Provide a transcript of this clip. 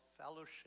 fellowship